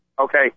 okay